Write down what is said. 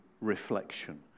reflection